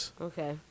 okay